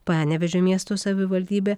panevėžio miesto savivaldybė